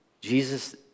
Jesus